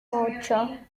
ocho